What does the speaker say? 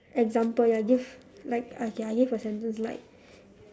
example ya give like okay I give a sentence like